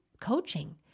coaching